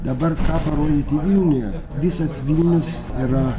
dabar ką parodyti vilniuje visad vilnius yra